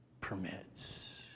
permits